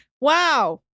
wow